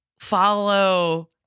follow